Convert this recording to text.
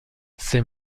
ces